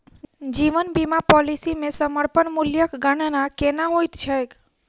जीवन बीमा पॉलिसी मे समर्पण मूल्यक गणना केना होइत छैक?